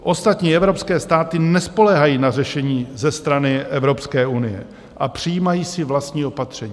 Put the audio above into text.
Ostatní evropské státy nespoléhají na řešení ze strany Evropské unie a přijímají si vlastní opatření.